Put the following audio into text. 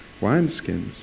wineskins